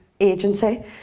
Agency